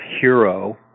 hero